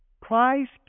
Christ